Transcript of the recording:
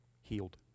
healed